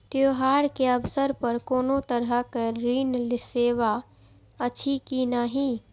त्योहार के अवसर पर कोनो तरहक ऋण सेवा अछि कि नहिं?